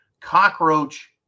Cockroach